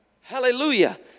Hallelujah